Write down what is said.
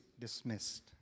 dismissed